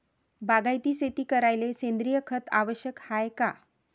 बागायती शेती करायले सेंद्रिय खत आवश्यक हाये का?